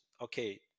Okay